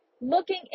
looking